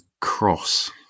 cross